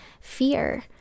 fear